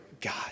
God